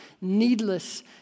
needless